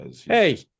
hey